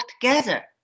together